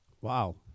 Wow